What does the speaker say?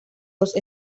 los